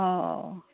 অ'